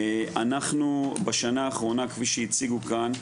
אנחנו בשנה האחרונה כפי שהציגו כאן.